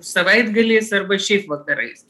savaitgaliais arba šiaip vakarais